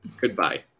Goodbye